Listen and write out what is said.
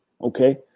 okay